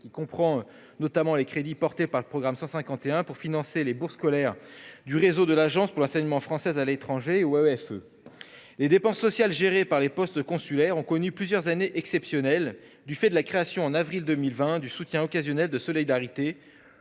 de l'étranger, les crédits du programme 151 finançant notamment les bourses scolaires du réseau de l'Agence pour l'enseignement français à l'étranger, l'AEFE. Les dépenses sociales gérées par les postes consulaires ont connu plusieurs années exceptionnelles du fait de la création en avril 2020 du secours occasionnel de solidarité,